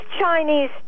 Chinese